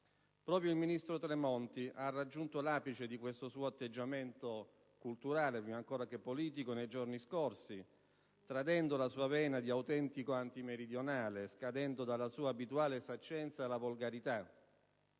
Proprio il ministro Tremonti ha raggiunto l'apice di questo suo atteggiamento, culturale prima ancora che politico, nei giorni scorsi, tradendo la sua vena di autentico antimeridionale, scadendo dalla sua abituale saccenza alla volgarità,